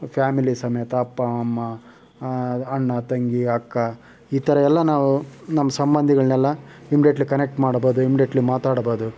family ಸಮೇತ ಅಪ್ಪ ಅಮ್ಮ ಅಣ್ಣ ತಂಗಿ ಅಕ್ಕ ಈ ಥರಯೆಲ್ಲ ನಾವು ನಮ್ಮ ಸಂಬಂಧಿಗಳನೆಲ್ಲ ಇಮ್ಡೆಟ್ಲಿ ಕನೆಕ್ಟ್ ಮಾಡಬೋದು ಇಮ್ಡೆಟ್ಲಿ ಮಾತಾಡಬೋದು